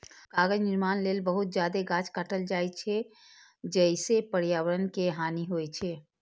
कागज निर्माण लेल बहुत जादे गाछ काटल जाइ छै, जइसे पर्यावरण के हानि होइ छै